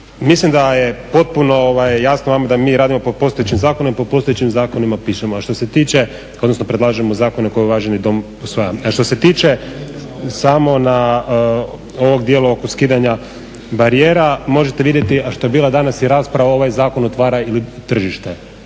mislim da je potpuno jasno vama da mi radimo po postojećim zakonima i postojećim zakonima pišemo. A što se tiče, odnosno predlažemo zakone koje uvaženi dom usvaja. A što se tiče samo na ovog djela oko skidanja barijera, možete vidjeti, a što je bila danas i rasprava ovaj zakon otvara tržište.